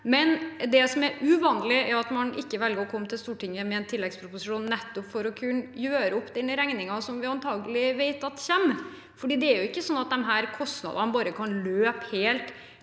det. Det som er uvanlig, er at man ikke velger å komme til Stortinget med en tilleggsproposisjon for å kunne gjøre opp den regningen som vi antakelig vet kommer. Det er ikke sånn at disse kostnadene bare kan løpe helt